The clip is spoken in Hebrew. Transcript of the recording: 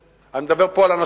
אני לא מדבר על אפליה מתקנת,